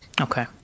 Okay